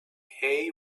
hay